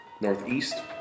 Northeast